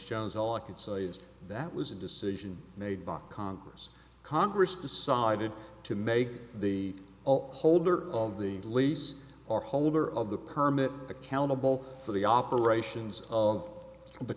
jones all i could say is that was a decision made by congress congress decided to make the holder of the lease or holder of the permit accountable for the operations of the